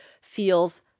feels